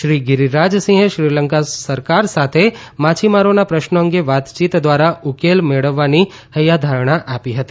શ્રી ગીરીરાજસિંહે શ્રીલંકા સરકાર સાથે માછીમારોના પ્રશ્નો અંગે વાતચીત વડે ઉકેલ મેળવવાની હૈયાધારણ આપી હતી